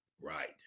Right